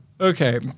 Okay